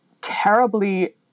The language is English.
terribly